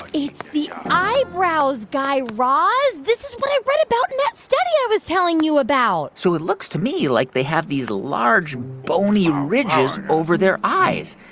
it's the eyebrows, guy raz. this is what i read about in that study i was telling you about so it looks to me like they have these large, bony ridges over their eyes.